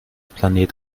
planet